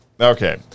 Okay